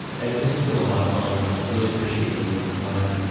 and this has been a lot of fun. i really appreciate you making the time.